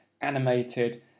animated